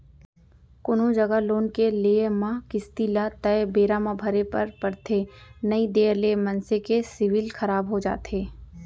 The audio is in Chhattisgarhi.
कोनो जघा लोन के लेए म किस्ती ल तय बेरा म भरे बर परथे नइ देय ले मनसे के सिविल खराब हो जाथे